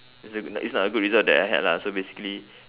it's a it's not a good result that I had lah so basically